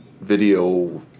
video